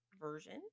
version